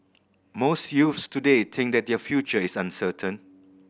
most youths today think that their future is uncertain